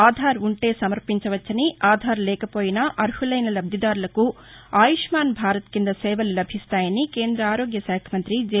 ఆధార్ ఉంటే సమర్పించవచ్చని ఆధార్ లేకపోయినా అర్హలైన లబ్దిదారులకు ఆయుష్నాన్ భారత్ కింద సేవలు లభిస్తాయని కేంద్ర ఆరోగ్య శాఖ మంత్రి జె